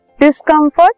discomfort